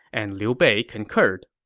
and liu bei concurred